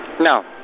No